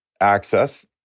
access